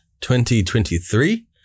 2023